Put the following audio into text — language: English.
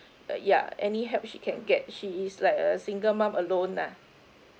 ya any help she can get she is like a single mum alone lah